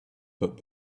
but